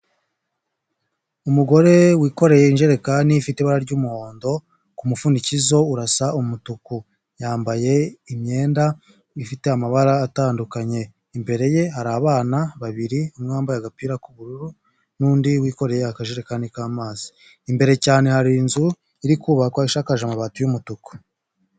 Umugore wikoreye injerekani ifite ibara ry'umuhondo, ku mufundikizo urasa umutuku, yambaye imyenda ifite amabara atandukanye, imbere ye hari abana babiri umwe wambaye agapira k'ubururu n'undi wikoreye akajerekani k'amazi, imbere cyane hari inzu iri kubakwa ishakaje amabati y'umutuku.